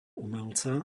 umelca